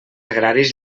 agraris